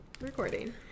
recording